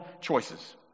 choices